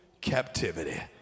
captivity